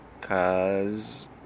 Cause